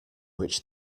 which